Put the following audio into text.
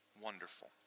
wonderful